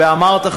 ואמרת,